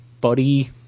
buddy